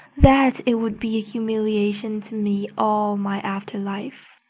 that it would be a humiliation to me all my after life,